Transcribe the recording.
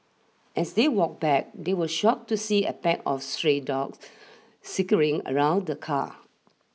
as they walked back they were shocked to see a pack of stray dogs circling around the car